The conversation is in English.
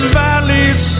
valleys